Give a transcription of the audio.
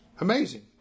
Amazing